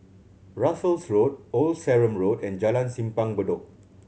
Russels Road Old Sarum Road and Jalan Simpang Bedok